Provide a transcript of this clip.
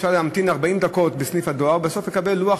אפשר להמתין 40 דקות בסניף הדואר ובסוף לקבל לוח